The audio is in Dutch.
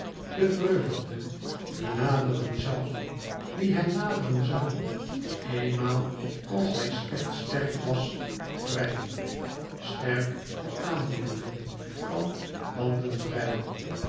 de vreugde die naderen zou die hij naderen zou eenmaal als hij slechts sterk was en vrij sterk voor aandoeningen van banden vrij